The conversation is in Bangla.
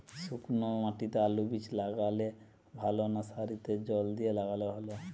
শুক্নো মাটিতে আলুবীজ লাগালে ভালো না সারিতে জল দিয়ে লাগালে ভালো?